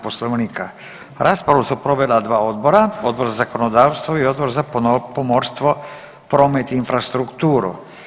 Poslovnika raspravu su provela dva odbora Odbor za zakonodavstvo i Odbor za pomorstvo, promet i infrastrukturu.